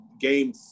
Game